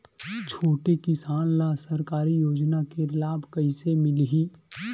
छोटे किसान ला सरकारी योजना के लाभ कइसे मिलही?